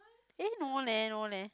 eh no leh no leh